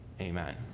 Amen